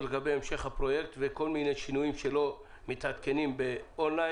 לגבי המשך הפרויקט וכל מיני שינויים שלא מתעדכנים און-ליין.